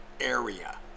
area